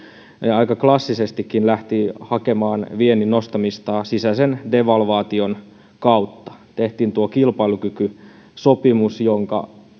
aika klassisestikin lähti hakemaan viennin nostamista sisäisen devalvaation kautta tehtiin tuo kilpailukykysopimus jonka